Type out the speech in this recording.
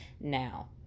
now